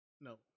No